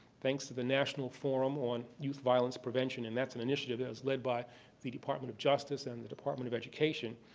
thanks to the national forum on youth violence prevention. and that's an initiative that was lead by the department of justice and the department of education.